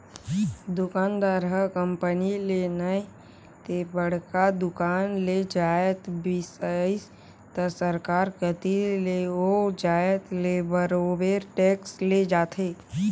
दुकानदार ह कंपनी ले नइ ते बड़का दुकान ले जाएत बिसइस त सरकार कती ले ओ जाएत ले बरोबेर टेक्स ले जाथे